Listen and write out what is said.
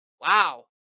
Wow